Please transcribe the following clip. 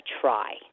try